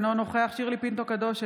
אינו נוכח שירלי פינטו קדוש,